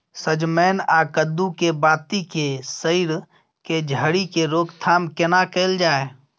सजमैन आ कद्दू के बाती के सईर के झरि के रोकथाम केना कैल जाय?